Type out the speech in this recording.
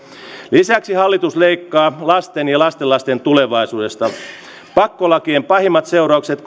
lisäksi hallitus leikkaa lasten ja lastenlasten tulevaisuudesta pakkolakien pahimmat seuraukset